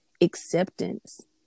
acceptance